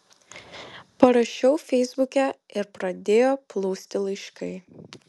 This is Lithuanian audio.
parašiau feisbuke ir pradėjo plūsti laiškai